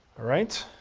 all right,